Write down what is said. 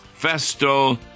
Festo